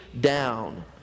down